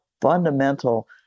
fundamental